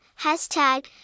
hashtag